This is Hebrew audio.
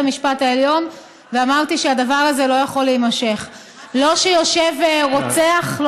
המשפט העליון ואמרתי שהדבר הזה לא יכול להימשך לא כשיושב רוצח,